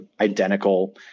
identical